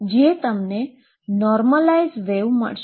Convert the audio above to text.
જે તમને normalise wave મળશે